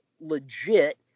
legit